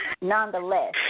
Nonetheless